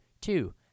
Two